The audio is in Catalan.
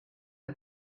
que